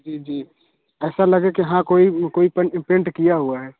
जी जी ऐसा लगे कि हाँ कोई वो कोई पेंट पेंट किया हुआ है